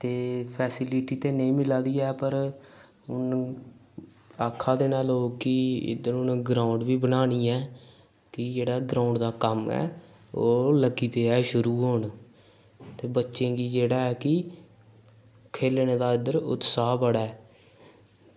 ते फैस्लिटी ते नेईं मिला दी ऐ पर हून आक्खा दे न लोक कि इद्धर हून ग्राउंड बी बनानी ऐ कि जेह्ड़ा ग्राउंड दा कम्म ऐ ओह् लग्गी पेआ शुरू होन ते बच्चें गी जेह्ड़ा ऐ कि खेलने दा इद्धर उत्साह बड़ा ऐ